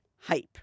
hype